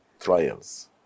trials